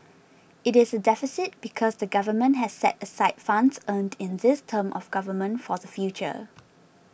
it is a deficit because the Government has set aside funds earned in this term of government for the future